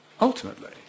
ultimately